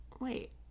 Wait